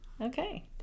okay